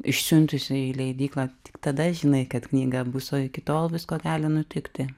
išsiuntusi į leidyklą tik tada žinai kad knyga bus o iki tol visko gali nutikti